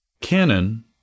canon